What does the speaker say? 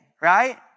right